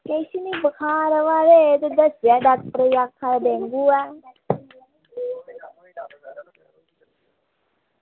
किश निं बुखार आया ते दस्सेआ डॉक्टरै गी ते दस्सा दे डेंगू ऐ